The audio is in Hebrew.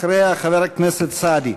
אחריה, חבר הכנסת סעדי.